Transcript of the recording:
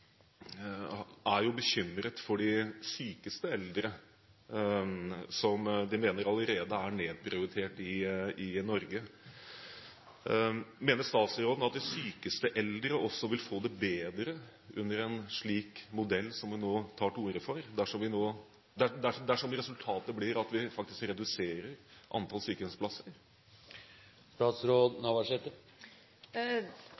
er bekymret for de sykeste eldre, som de mener allerede er nedprioritert i Norge. Mener statsråden at de sykeste eldre også vil få det bedre under en slik modell som vi nå tar til orde for, dersom resultatet blir at vi faktisk reduserer antall sykehjemsplasser?